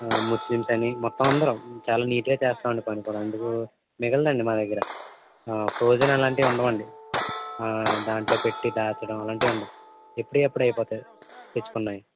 Muslims అని మొత్తం అందరు చాలా నీట్గా చేస్తామండి పని కూడా అందుకు మిగలదండి మా దగ్గర ఫ్రోజెన్ అలాంటివి ఉండవండి దాంట్లో పెట్టి దాచడం అలాంటివి ఉండవు ఎప్పటిదప్పుడు అయిపోతుంది తెచ్చుకున్నయి